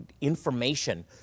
information